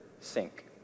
sink